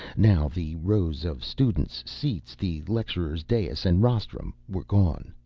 now the rows of students' seats, the lecturer's dais and rostrum were gone.